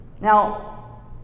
Now